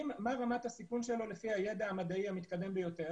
מה רמת הסיכון שלו לפי הידע המדעי המתקדם ביותר